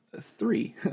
three